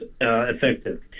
effective